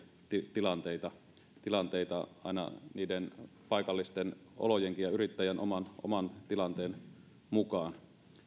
tilanteita tilanteita aina niiden paikallisten olojenkin ja yrittäjän oman tilanteen mukaan